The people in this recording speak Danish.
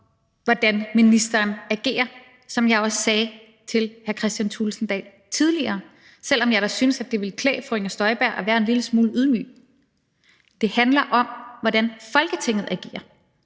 hvordan ministeren agerer, som jeg også sagde til hr. Kristian Thulesen Dahl tidligere, selv om jeg da synes, at det ville klæde fru Inger Støjberg at være en lille smule ydmyg. Det handler om, hvordan Folketinget agerer,